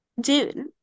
dude